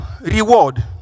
Reward